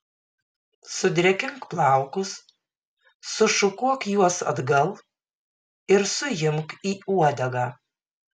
sudrėkink plaukus sušukuok juos atgal ir suimk į uodegą